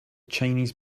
chinese